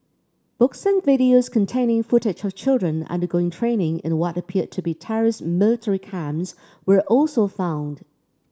books and videos containing footage of children undergoing training in what appeared to be terrorist military camps were also found